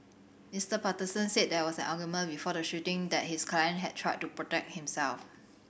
Mister Patterson said there was an argument before the shooting and that his client had tried to protect himself